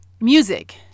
music